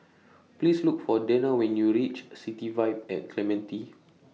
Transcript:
Please Look For Dena when YOU REACH City Vibe At Clementi